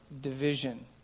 division